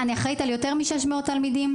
אני אחראית על יותר מ-600 תלמידים,